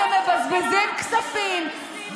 אתם מבזבזים כספים.